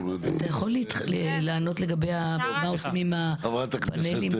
אתה יכול לענות לגבי מה שעושים עם הפנלים?